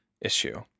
issue